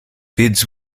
bids